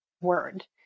word